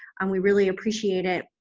um we really appreciate it.